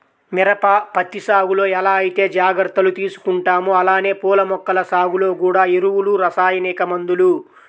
మిరప, పత్తి సాగులో ఎలా ఐతే జాగర్తలు తీసుకుంటామో అలానే పూల మొక్కల సాగులో గూడా ఎరువులు, రసాయనిక మందులు